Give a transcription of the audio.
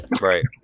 Right